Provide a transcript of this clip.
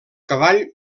cavall